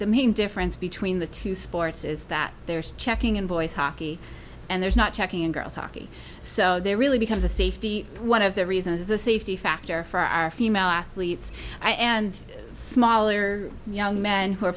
main difference between the two sports is that there is checking in boys hockey and there's not checking in girls hockey so there really becomes a safety one of the reasons is the safety factor for our female athletes and smaller young men who are